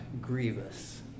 grievous